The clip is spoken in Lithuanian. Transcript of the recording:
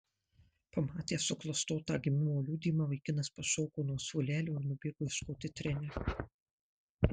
pamatęs suklastotą gimimo liudijimą vaikinas pašoko nuo suolelio ir nubėgo ieškoti trenerio